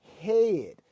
head